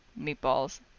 meatballs